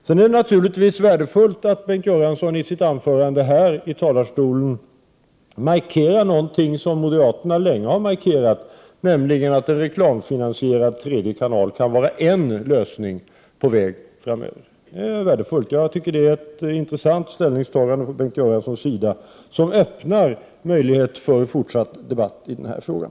Sedan är det naturligtvis värdefullt att Bengt Göransson i sitt anförande här understryker någonting som moderaterna länge har framhållit, nämligen att en reklamfinansierad tredje kanal kan vara en lösning på vägen framöver. Jag tycker att det är ett intressant ställningstagande från Bengt Göranssons sida, som öppnar möjlighet för fortsatt debatt i den här frågan.